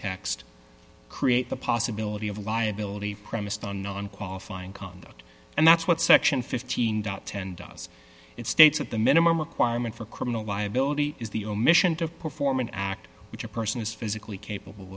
text create the possibility of liability premised on non qualifying conduct and that's what section fifteen dow ten does it states that the minimum requirement for criminal liability is the omission to perform an act which a person is physically capable